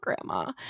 grandma